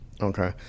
Okay